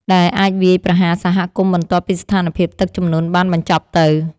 ដែលអាចវាយប្រហារសហគមន៍បន្ទាប់ពីស្ថានភាពទឹកជំនន់បានបញ្ចប់ទៅ។